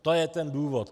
To je ten důvod.